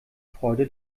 freude